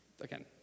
Again